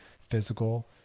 physical